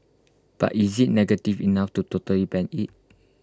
but is IT negative enough to totally ban IT